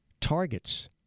targets